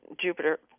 Jupiter